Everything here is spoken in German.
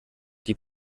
die